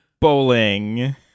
Bowling